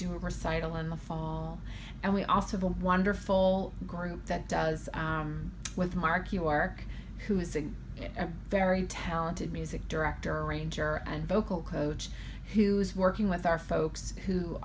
do a recital in the fall and we also have a wonderful group that does with mark you are who is a very talented music director arranger and vocal coach who's working with our folks